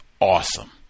awesome